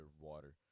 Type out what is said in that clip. underwater